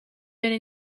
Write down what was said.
viene